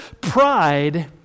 pride